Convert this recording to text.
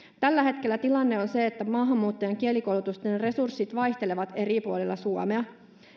tällä hetkellä tilanne on se että maahanmuuttajien kielikoulutusten resurssit vaihtelevat eri puolilla suomea